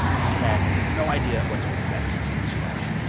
she had no idea what to expect when she met him.